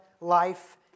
life